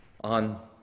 on